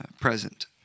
Present